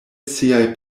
siaj